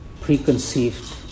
Preconceived